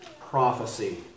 prophecy